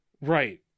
Right